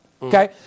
Okay